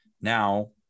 now